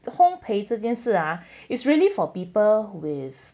烘培这件事啊 is really for people with